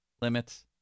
limits